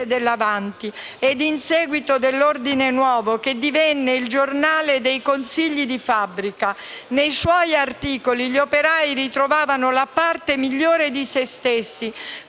dell'«Avanti» ed in seguito dell'«Ordine Nuovo», che divenne «il giornale dei Consigli di fabbrica». Nei suoi articoli gli operai ritrovavano «la parte migliore di se stessi»,